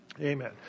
Amen